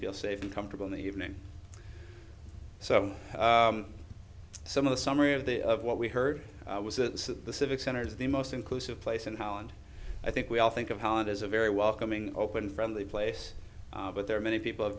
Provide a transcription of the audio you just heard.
feel safe and comfortable in the evening so some of the summary of the of what we heard was that the civic center is the most inclusive place in holland i think we all think of holland as a very welcoming open friendly place but there are many people